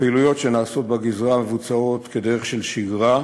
הפעילויות שנעשות בגזרה נעשות כדרך שגרה,